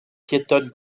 piétonne